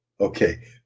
okay